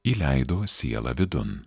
įleido sielą vidun